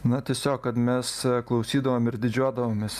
na tiesiog kad mes klausydavom ir didžiuodavomės